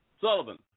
Sullivan